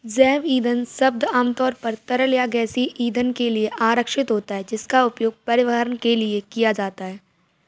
जैव ईंधन शब्द आमतौर पर तरल या गैसीय ईंधन के लिए आरक्षित होता है, जिसका उपयोग परिवहन के लिए किया जाता है